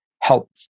help